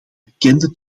bekende